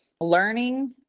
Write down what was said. learning